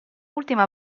ultima